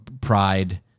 pride